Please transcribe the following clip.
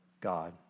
God